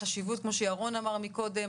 כמו שירון אמר מקודם,